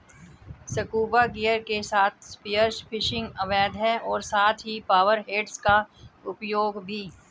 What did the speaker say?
scuba gear के साथ spear fishing अवैध है और साथ ही पावर हेड्स का उपयोग भी